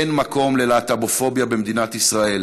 אין מקום ללהט"בופוביה במדינת ישראל.